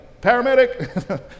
paramedic